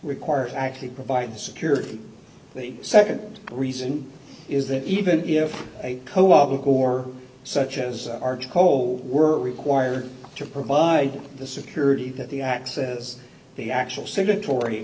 requires actually provide security the nd reason is that even if a co op or such as arch coal were required to provide the security that the access the actual signatory